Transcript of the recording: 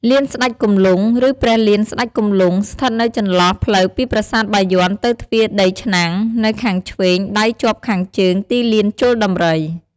លានស្តេចគំលង់ ឬព្រះលានស្តេចគំលង់ ស្ថិតនៅចន្លោះផ្លូវពីប្រាសាទបាយ័នទៅទ្វារដីឆ្នាំង នៅខាងធ្វេងដៃជាប់ខាងជើងទីលានជល់ដំរី។